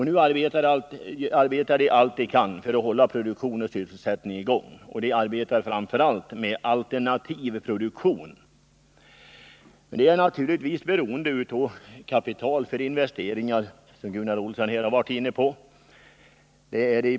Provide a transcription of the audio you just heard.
Nu arbetar man för fullt för att hålla produktionen i gång och för att behålla sysselsättningen. Man arbetar framför allt med alternativ produktion. Naturligtvis är Vänerskog beroende av kapital för investeringar. Gunnar Olsson har varit inne på det.